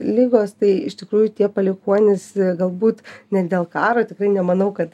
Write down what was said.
ligos tai iš tikrųjų tie palikuonys galbūt ne dėl karo tikrai nemanau kad